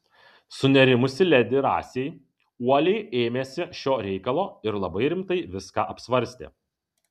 sunerimusi ledi rasei uoliai ėmėsi šio reikalo ir labai rimtai viską apsvarstė